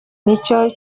nicyo